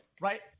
right